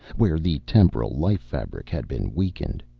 where the temporal life fabric had been weakened,